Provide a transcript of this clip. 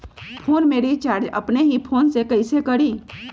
Phone में recharge अपने ही फ़ोन से कईसे करी?